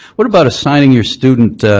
what about assigning your student.